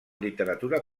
literatura